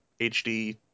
HD